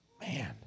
man